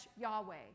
Yahweh